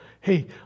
hey